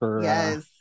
yes